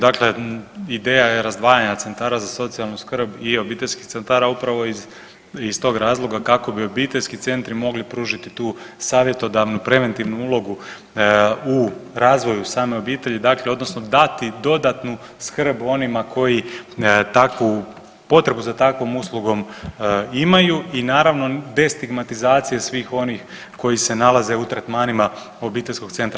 Dakle, ideja je razdvajanja centara za socijalnu skrb i obiteljskih centara upravo iz, iz tog razloga kako bi obiteljski centri mogli pružiti tu savjetodavnu preventivnu ulogu u razvoju same obitelji, dakle odnosno dati dodatnu skrb onima koji takvu, potrebu za takvom uslugom imaju i naravno destigmatizacije svih onih koji se nalaze u tretmanima obiteljskog centra.